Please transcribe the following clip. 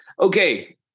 Okay